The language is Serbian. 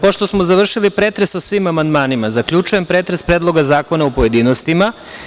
Pošto smo završili pretres o svim amandmanima, zaključujem pretres Predloga zakona u pojedinostima.